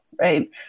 right